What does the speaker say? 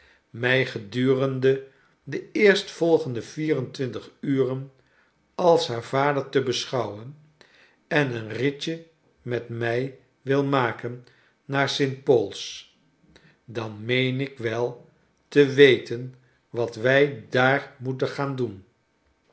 mij gedurende de eerstvolgende vierentwintig uren als haar vader te beschouwen en een ritje met mij wil maken naar st paul's dan meen ik wel te weten wat wij daar inoeten gaan doen